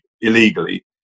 illegally